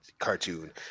Cartoon